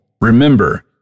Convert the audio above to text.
Remember